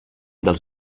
dels